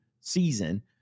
season